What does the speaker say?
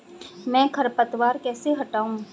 मैं खरपतवार कैसे हटाऊं?